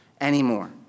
anymore